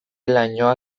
lainoa